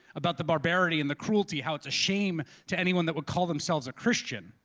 about the barbarity and the cruelty, how it's shame to anyone that would call themselves a christian.